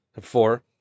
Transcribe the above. four